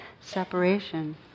separation